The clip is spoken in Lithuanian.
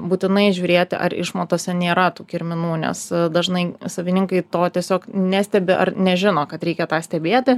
būtinai žiūrėti ar išmatose nėra tų kirminų nes dažnai savininkai to tiesiog nestebi ar nežino kad reikia tą stebėti